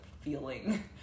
feeling